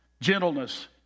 Gentleness